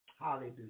Hallelujah